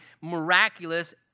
miraculous